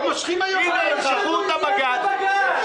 אין לנו עניין בבג"ץ.